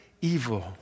evil